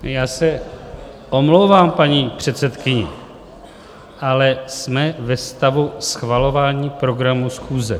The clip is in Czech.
Já se omlouvám paní předsedkyni, ale jsme ve stavu schvalování programu schůze.